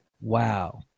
Wow